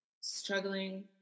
struggling